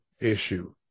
issue